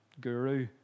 guru